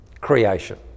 Creation